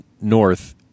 north